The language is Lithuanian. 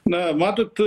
na matot